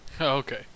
Okay